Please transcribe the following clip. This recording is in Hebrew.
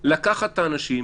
לקחת את האנשים,